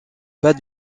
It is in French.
pas